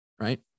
right